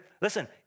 Listen